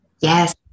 Yes